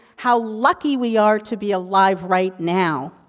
how lucky we are to be alive right now.